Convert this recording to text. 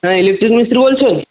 হ্যাঁ ইলেক্ট্রিক মিস্ত্রী বলছেন